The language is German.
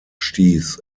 stieß